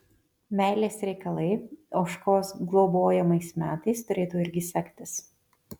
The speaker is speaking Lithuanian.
meilės reikalai ožkos globojamais metais turėtų irgi sektis